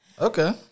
Okay